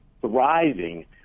thriving